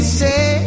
say